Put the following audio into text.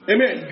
Amen